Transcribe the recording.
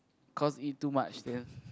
cause eat too much then